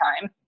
time